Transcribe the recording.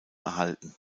erhalten